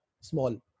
small